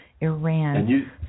Iran